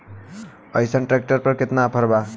अइसन ट्रैक्टर पर केतना ऑफर बा?